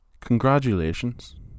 congratulations